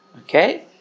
Okay